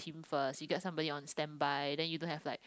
first you get somebody on standby then you don't have like